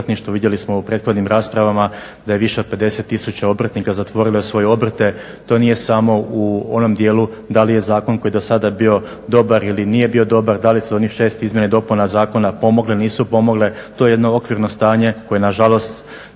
obrtništvo, vidjeli smo u prethodnim raspravama da je više od 50 tisuća obrtnika zatvorilo svoje obrte. To nije samo u onom dijelu da li je zakon koji je do sada bio dobar ili nije bio dobar, da li su onih 6 izmjena i dopuna zakona pomogle, nisu pomogle. To je jedno okvirno stanje koje nažalost